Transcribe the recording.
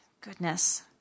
Goodness